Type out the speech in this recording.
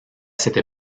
cette